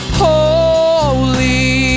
holy